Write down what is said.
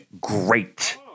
great